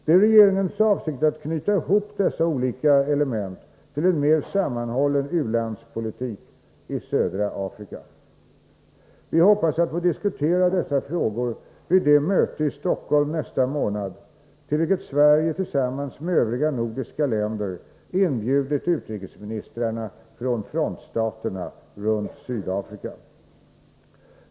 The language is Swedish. Det är regeringens avsikt att knyta ihop dessa olika element till en mer sammanhållen u-landspolitik i södra Afrika. Vi hoppas att få diskutera dessa frågor vid det möte i Stockholm nästa månad till vilket Sverige tillsammans med övriga nordiska länder inbjudit utrikesministrarna från frontstaterna runt Sydafrika.